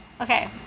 okay